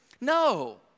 No